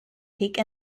take